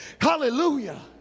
Hallelujah